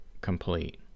complete